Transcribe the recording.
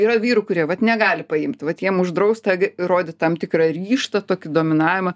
yra vyrų kurie vat negali paimt vat jiem uždrausta rodyt tam tikrą ryžtą tokį dominavimą